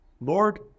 Lord